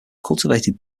cultivated